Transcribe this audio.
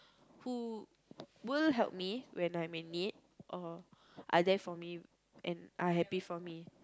who will help me when I'm in need or are there for me and happy for me